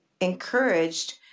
encouraged